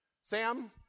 Sam